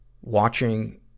watching